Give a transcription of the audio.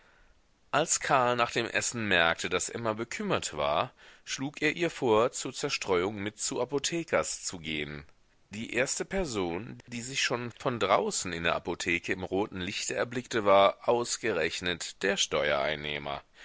als karl nach dem essen merkte daß emma bekümmert war schlug er ihr vor zur zerstreuung mit zu apothekers zu gehen die erste person die sie schon von draußen in der apotheke im roten lichte erblickte war ausgerechnet der